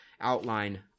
outline